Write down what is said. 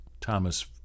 Thomas